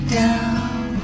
down